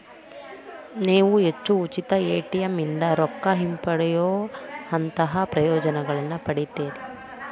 ನೇವು ಹೆಚ್ಚು ಉಚಿತ ಎ.ಟಿ.ಎಂ ಇಂದಾ ರೊಕ್ಕಾ ಹಿಂಪಡೆಯೊಅಂತಹಾ ಪ್ರಯೋಜನಗಳನ್ನ ಪಡಿತೇರಿ